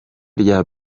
rya